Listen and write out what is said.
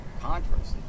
controversy